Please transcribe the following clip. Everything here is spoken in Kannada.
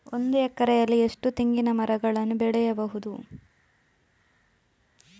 ಒಂದು ಎಕರೆಯಲ್ಲಿ ಎಷ್ಟು ತೆಂಗಿನಮರಗಳು ಬೆಳೆಯಬಹುದು?